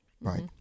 right